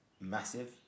massive